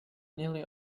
nearly